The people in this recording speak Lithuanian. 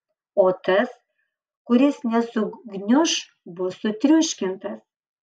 o tas kuris nesugniuš bus sutriuškintas